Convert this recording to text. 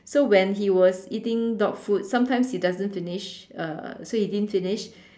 so when he was eating dog food sometimes he doesn't finish uh so he didn't finish